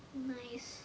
nice